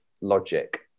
logic